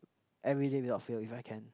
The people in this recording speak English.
everyday without fail if I can